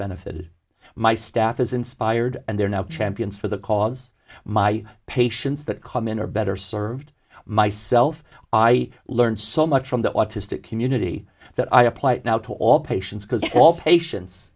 benefited my staff is inspired and they're now champions for the cause my patients that come in are better served myself i learned so much from the autistic community that i apply it now to all patients because all patients